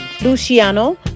Luciano